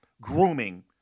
grooming